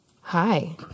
Hi